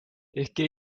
ehkki